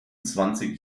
zwanzig